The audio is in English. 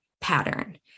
pattern